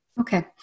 Okay